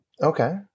okay